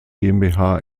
gmbh